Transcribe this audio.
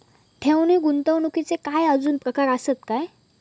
ठेव नी गुंतवणूकचे काय आजुन प्रकार आसत काय?